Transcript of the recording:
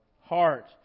heart